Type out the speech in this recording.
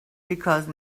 because